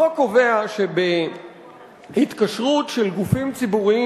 החוק קובע שבהתקשרות של גופים ציבוריים